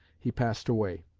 he passed away.